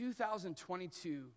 2022